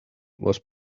was